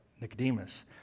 Nicodemus